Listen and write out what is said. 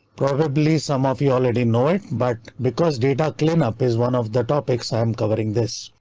probably some of you already know it, but because data cleanup is one of the topics i'm covering this.